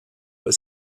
but